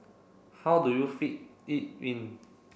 how do you fit it in